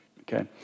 okay